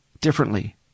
differently